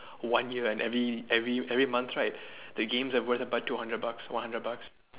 one year and every every every month right the games are worth about two hundred bucks one hundred bucks